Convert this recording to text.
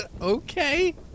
Okay